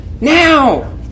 now